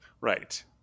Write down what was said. Right